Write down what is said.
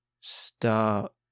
start